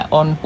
on